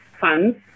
funds